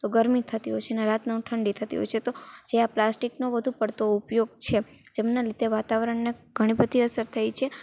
તો ગરમી થતી હોય છે ને રાતનાં ઠંડી થતી હોય છે તો જે આ પ્લાસ્ટિકનો વધુ પડતો ઉપયોગ છે જેમનાં લીધે વાતાવરણને ઘણી બધી અસર થઇ છે